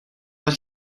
but